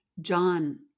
John